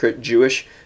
Jewish